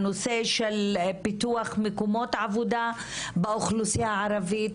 הנושא של פיתוח מקומות עבודה באוכלוסייה הערבית,